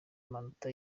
amanota